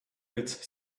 its